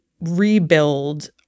rebuild